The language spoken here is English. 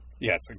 Yes